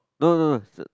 no no no